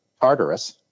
Tartarus